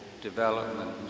development